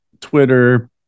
Twitter